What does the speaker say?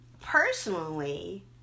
personally